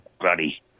bloody